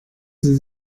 sie